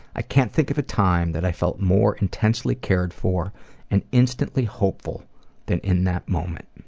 i can't think of a time that i felt more intensely cared for and instantly hopeful than in that moment.